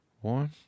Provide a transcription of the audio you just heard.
One